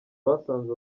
basanze